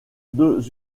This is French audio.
deux